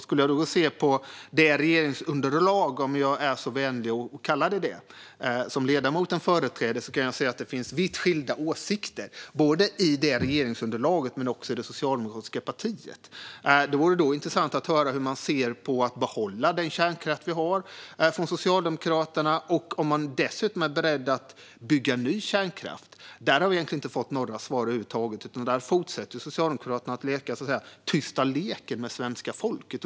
När jag ser på det regeringsunderlag - om jag nu är vänlig nog att kalla det för detta - som ledamoten företräder kan jag se att det finns vitt skilda åsikter både i regeringsunderlaget och i det socialdemokratiska partiet. Det vore intressant att höra hur Socialdemokraterna ser på att behålla den kärnkraft vi har och om man från Socialdemokraternas sida dessutom är beredd att bygga ny kärnkraft. Där har vi egentligen inte fått några svar över huvud taget, utan där fortsätter Socialdemokraterna att leka tysta leken med svenska folket.